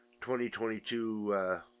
2022